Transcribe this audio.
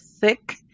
thick